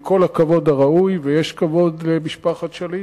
עם כל הכבוד הראוי, ויש כבוד למשפחת שליט,